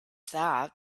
that